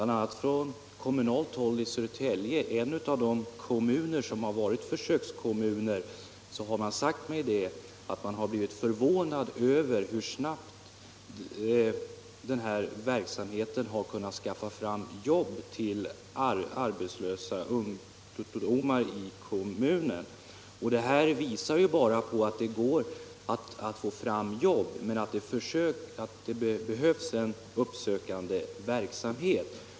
a. har man från kommunalt håll i Södertälje, en av de kommuner som har varit försökskommuner, sagt att man blivit förvånad över hur snabbt det har gått att med denna verksamhet skaffa fram jobb till arbetslösa ungdomar i kommunen. Det visar att det går att få fram jobb men att det behövs en uppsökande verksamhet.